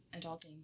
Adulting